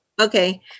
Okay